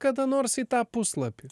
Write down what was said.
kada nors į tą puslapį